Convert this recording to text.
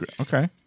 Okay